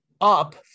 up